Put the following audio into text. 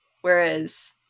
whereas